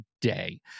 day